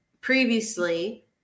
previously